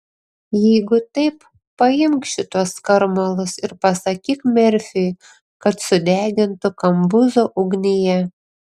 jeigu taip paimk šituos skarmalus ir pasakyk merfiui kad sudegintų kambuzo ugnyje